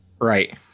right